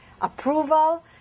approval